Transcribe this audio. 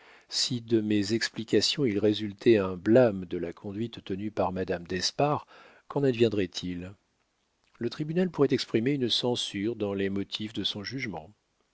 si de mes explications il résultait un blâme de la conduite tenue par madame d'espard qu'en adviendrait il le tribunal pourrait exprimer une censure dans les motifs de son jugement